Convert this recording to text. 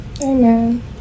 Amen